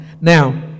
Now